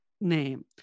name